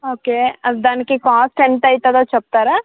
okay అది దానికి cost ఎంత అవుతుందో చెప్తారా